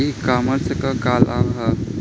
ई कॉमर्स क का लाभ ह?